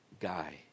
guy